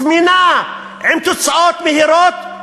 זמינה, עם תוצאות מהירות,